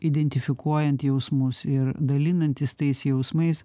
identifikuojant jausmus ir dalinantis tais jausmais